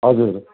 हजुर